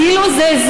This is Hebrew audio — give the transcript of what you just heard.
כאילו זה,